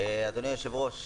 אדוני היושב-ראש,